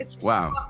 wow